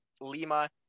Lima